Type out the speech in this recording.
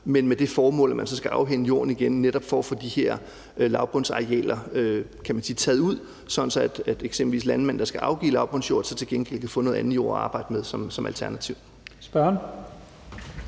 er med det formål, at man så skal afhænde jorden igen netop for at få de her lavbundsarealer taget ud, sådan at eksempelvis landmænd, der skal afgive landbrugsjord, til gengæld kan få noget andet jord at arbejde med som alternativ.